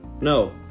No